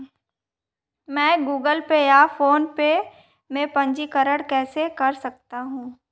मैं Google Pay या PhonePe में पंजीकरण कैसे कर सकता हूँ?